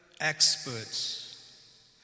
experts